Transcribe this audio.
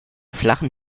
flachen